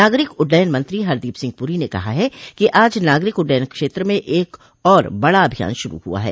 नागरिक उड्डयन मंत्री हरदीप सिंह पुरी ने कहा है कि आज नागरिक उड्डयन क्षेत्र में एक और बड़ा अभियान शुरू हुआ है